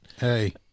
Hey